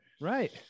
Right